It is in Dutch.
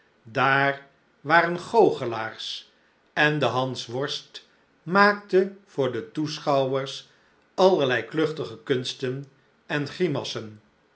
daar waren goochelaars en de hansworst maakte voor de toeschouwers allerlei kluchtige kunsten en